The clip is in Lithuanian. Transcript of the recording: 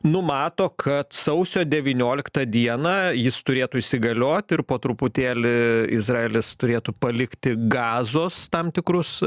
numato kad sausio devynioliktą dieną jis turėtų įsigaliot ir po truputėlį izraelis turėtų palikti gazos tam tikrus